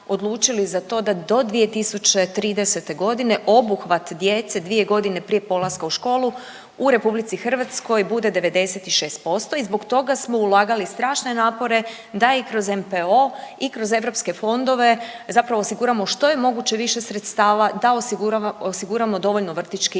za to da do 2030. godine obuhvat djece 2 godine prije polaska u školu u RH bude 96% i zbog toga smo ulagali strašne napore da i kroz NPO i kroz europske fondove zapravo osiguramo što je moguće više sredstava da osiguramo dovoljno vrtićkih